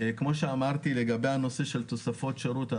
כמו שאמרתי לגבי הנושא של תוספות שירות,